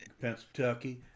Pennsylvania